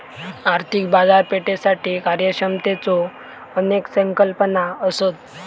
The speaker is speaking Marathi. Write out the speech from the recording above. आर्थिक बाजारपेठेसाठी कार्यक्षमतेच्यो अनेक संकल्पना असत